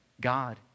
God